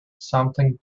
something